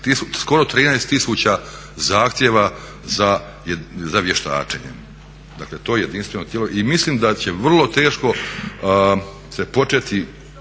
skoro 13 tisuća zahtjeva za vještačenjem. Dakle to jedinstveno tijelo. I mislim da će vrlo teško se početi